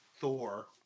Thor